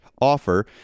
offer